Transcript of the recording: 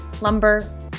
lumber